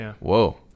Whoa